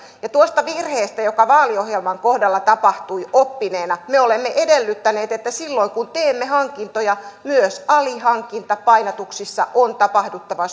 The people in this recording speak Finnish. tuosta virheestä joka vaaliohjelman kohdalla tapahtui oppineena me olemme edellyttäneet että silloin kun teemme hankintoja myös alihankinnan painatuksissa on tapahduttava